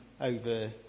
over